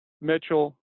Mitchell